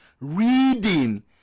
reading